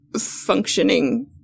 functioning